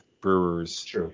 Brewers